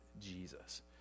Jesus